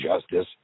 Justice